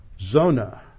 Zona